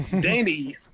Danny